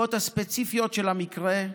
לנסיבות הספציפיות של המקרה,